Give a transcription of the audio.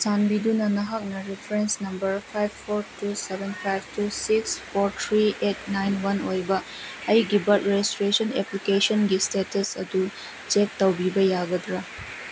ꯆꯥꯟꯕꯤꯗꯨꯅ ꯅꯍꯥꯛꯅ reference number five four two seven five two six four three eight nine one ꯑꯣꯏꯕ ꯑꯩꯒꯤ birth registration ꯑꯦꯄ꯭ꯂꯤꯀꯦꯁꯟꯒꯤ status ꯑꯗꯨ ꯆꯦꯛ ꯇꯧꯕꯤꯕ ꯌꯥꯒꯗ꯭ꯔꯥ